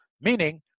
Meaning